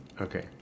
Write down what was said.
Okay